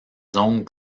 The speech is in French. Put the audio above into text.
zone